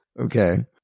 okay